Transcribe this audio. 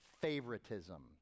favoritism